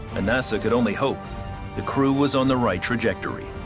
and nasa could only hope the crew was on the right trajectory.